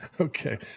Okay